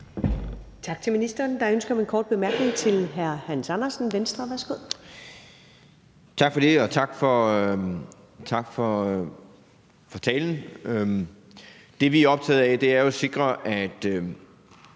Tak til ministeren. Der er ønske om en kort bemærkning fra hr. Hans Andersen, Venstre. Værsgo. Kl. 19:54 Hans Andersen (V): Tak for det, og tak for talen. Det, vi er optaget af, er jo at sikre, at